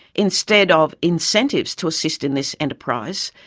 instead of incentives to assist in this enterprise,